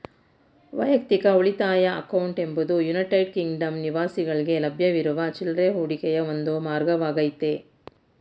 ವೈಯಕ್ತಿಕ ಉಳಿತಾಯ ಅಕೌಂಟ್ ಎಂಬುದು ಯುನೈಟೆಡ್ ಕಿಂಗ್ಡಮ್ ನಿವಾಸಿಗಳ್ಗೆ ಲಭ್ಯವಿರುವ ಚಿಲ್ರೆ ಹೂಡಿಕೆಯ ಒಂದು ಮಾರ್ಗವಾಗೈತೆ